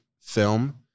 film